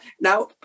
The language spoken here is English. now